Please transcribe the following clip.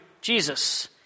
Jesus